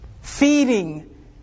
feeding